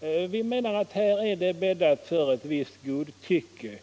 Vi anser att det här är bäddat för godtycke,